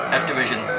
Activision